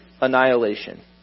annihilation